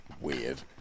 Weird